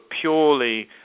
purely